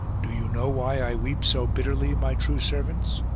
do you know why i weep so bitterly, my true servants?